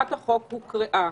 הצעת החוק הוקראה.